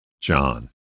John